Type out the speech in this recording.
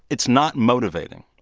it's not motivating.